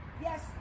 Yes